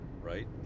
right